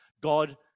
God